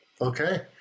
Okay